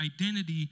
identity